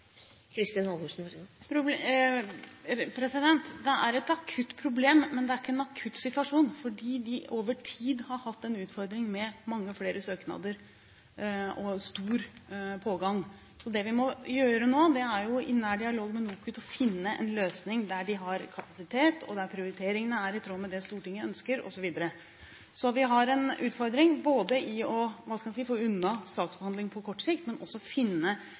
Det er et akutt problem, men det er ikke en akutt situasjon, fordi de over tid har hatt en utfordring med mange og flere søknader og stor pågang. Det vi må gjøre nå, er i nær dialog med NOKUT å finne en løsning der de har kapasitet, og der prioriteringene er i tråd med det Stortinget ønsker osv. Så vi har en utfordring i både å få unna saksbehandling på kort sikt og i å finne nivået for hvordan vi skal drive kvalitetssikring på